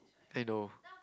I know